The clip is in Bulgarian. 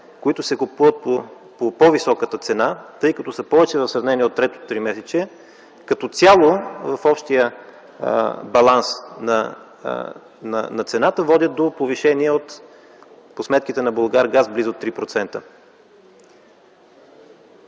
които се купуват по по-високата цена, тъй като са повече в сравнение от третото тримесечие, като цяло в общия баланс на цената, това води до повишение по сметките на „Булгаргаз” с близо 3%.